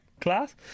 class